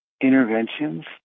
interventions